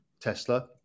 Tesla